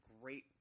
great